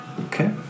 Okay